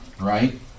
Right